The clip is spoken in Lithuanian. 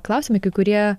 klausimai kai kurie